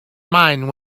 mind